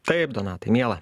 taip donatai miela